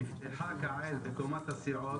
בהינתן שאני יכול לעגן את התוספת בתקנות